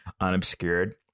unobscured